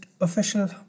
official